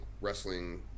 wrestling